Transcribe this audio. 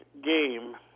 game